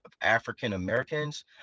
African-Americans